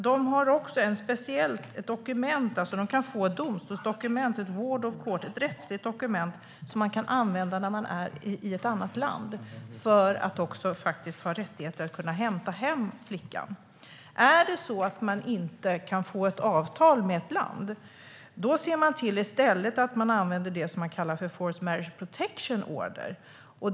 De har dessutom ett speciellt domstolsdokument, ett rättsligt dokument som de kan använda när de är i ett annat land, för att ha rätt att hämta hem flickan. Om man inte kan få ett avtal med ett land ser man i stället till att använda det som kallas för forced marriage protection order.